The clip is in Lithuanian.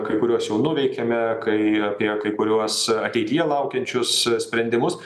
kai kuriuos jau nuveikėme kai apie kai kuriuos ateityje laukiančius sprendimus